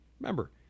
remember